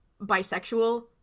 bisexual